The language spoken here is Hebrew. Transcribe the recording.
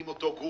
אם אותו גוף